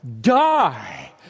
die